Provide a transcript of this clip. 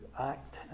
act